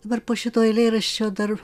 dabar po šito eilėraščio dar